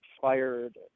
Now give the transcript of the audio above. fired